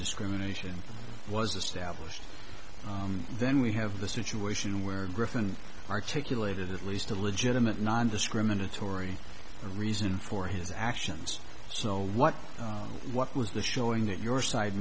discrimination was established then we have the situation where griffin articulated at least a legitimate nondiscriminatory reason for his actions so what what was the showing that your side